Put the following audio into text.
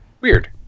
Weird